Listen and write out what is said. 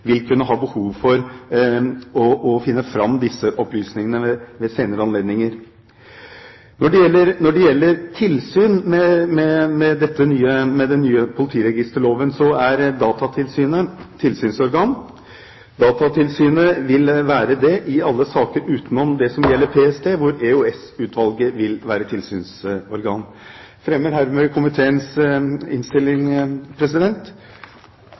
vil kunne ha behov for å finne fram disse opplysningene ved senere anledninger. Når det gjelder tilsyn med den nye politiregisterloven, er Datatilsynet tilsynsorgan. Datatilsynet vil være det i alle saker utenom det som gjelder PST, hvor EOS-utvalget vil være tilsynsorgan. Jeg anbefaler hermed komiteens innstilling.